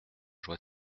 joie